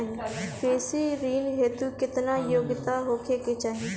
कृषि ऋण हेतू केतना योग्यता होखे के चाहीं?